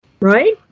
Right